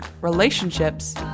relationships